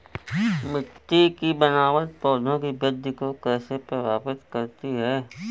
मिट्टी की बनावट पौधों की वृद्धि को कैसे प्रभावित करती है?